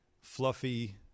fluffy –